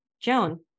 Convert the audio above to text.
Joan